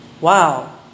Wow